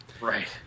right